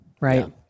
Right